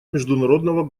международного